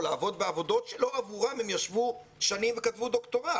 לעבוד בעבודות שלא עבורן הם ישבו שנים וכתבו דוקטורט.